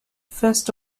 first